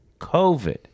COVID